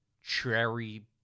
Cherry